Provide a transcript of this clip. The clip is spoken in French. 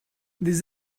des